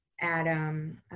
Adam